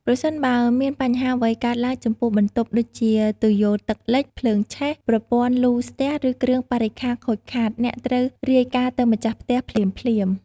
ប្រសិនបើមានបញ្ហាអ្វីកើតឡើងចំពោះបន្ទប់ ដូចជាទុយោទឹកលេច ភ្លើងឆេះ ប្រព័ន្ធលូស្ទះ ឬគ្រឿងបរិក្ខារខូចខាត អ្នកត្រូវរាយការណ៍ទៅម្ចាស់ផ្ទះភ្លាមៗ។